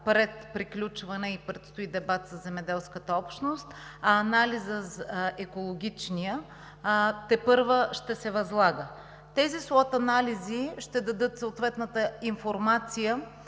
пред приключване и предстои дебат със земеделската общност, а екологичният анализ тепърва ще се възлага. Тези слотанализи ще дадат съответната информация